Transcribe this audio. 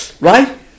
right